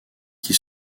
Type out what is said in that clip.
qui